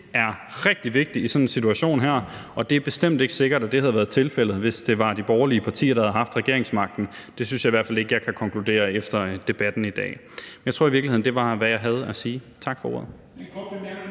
er rigtig vigtigt i sådan en situation her, og det er bestemt ikke sikkert, at det havde været tilfældet, hvis det var de borgerlige partier, der havde haft regeringsmagten. Det synes jeg i hvert fald ikke jeg kan konkludere efter debatten i dag. Men jeg tror i virkeligheden, at det var, hvad jeg havde at sige. Tak for ordet.